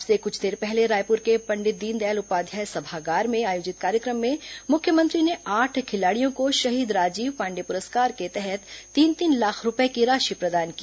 अब से कुछ देर पहले रायपुर के पंडित दीनदयाल उपाध्याय सभागार में आयोजित कार्यक्रम में मुख्यमंत्री ने आठ खिलाड़ियों को शहीद राजीव पाण्डे प्रस्कार के तहत तीन तीन लाख रूपये की राशि प्रदान की